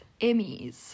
Emmys